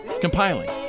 compiling